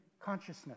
consciousness